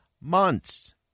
months